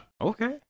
Okay